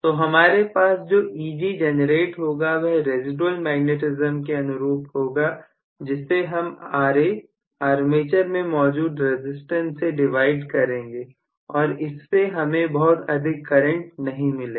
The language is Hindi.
तो हमारे पास जो Eg जेनरेट होगा वह रेसीडुएल मैग्नेटिज्म के अनुरूप होगा जिसे हम Raआर्मेचर में मौजूद रसिस्टेंस से डिवाइड करेंगे और इससे हमें बहुत अधिक करंट नहीं मिलेगा